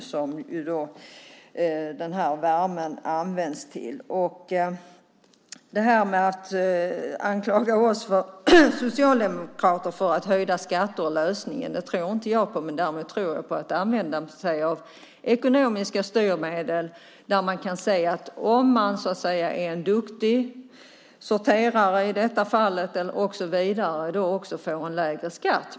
Jag tror inte på anklagelsen att höjda skatter är lösningen för socialdemokrater. Däremot tror jag på att använda sig av ekonomiska styrmedel, där en duktig sorterare får en lägre skatt.